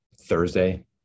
Thursday